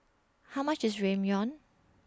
How much IS Ramyeon